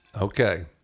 Okay